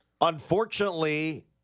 Unfortunately